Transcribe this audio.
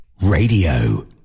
Radio